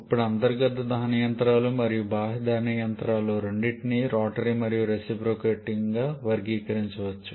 ఇప్పుడు అంతర్గత దహన యంత్రాలు మరియు బాహ్య దహన యంత్రాలు రెండింటినీ రోటరీ మరియు రెసిప్రొకేటింగ్గా వర్గీకరించవచ్చు